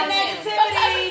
negativity